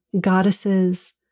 goddesses